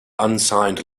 unsigned